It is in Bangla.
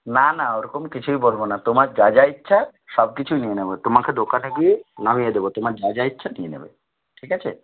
না না ওরকম কিছুই বলবো না তোমার যা যা ইচ্ছা সবকিছুই নিয়ে নেবো তোমাকে দোকানে গিয়ে নামিয়ে দেবো তোমার যা যা ইচ্ছা নিয়ে নেবে ঠিক আছে